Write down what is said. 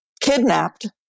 kidnapped